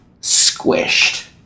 squished